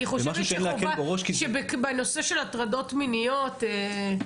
אני חושבת שבנושא של הטרדות מיניות גם אם